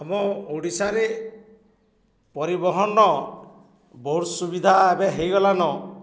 ଆମ ଓଡ଼ିଶାରେ ପରିବହନ ବହୁତ ସୁବିଧା ଏବେ ହେଇଗଲାନ